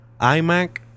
iMac